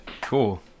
Cool